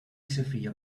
sophia